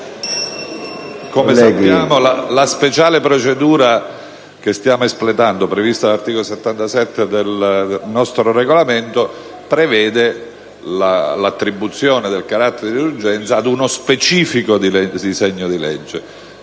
come sappiamo la speciale procedura che stiamo espletando, prevista dall'articolo 77 del nostro Regolamento, prevede l'attribuzione del carattere di urgenza ad uno specifico disegno di legge.